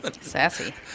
Sassy